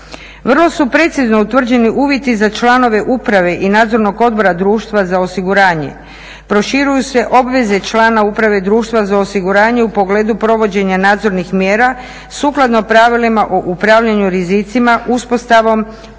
Vrlo su precizno utvrđeni uvjeti za članove uprave i nadzornog odbora društva za osiguranje, proširuju se obveze člana uprave društva za osiguranje u pogledu provođenja nadzornih mjera sukladno pravilima o upravljanju rizicima, uspostavom